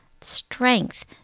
strength